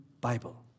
Bible